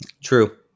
true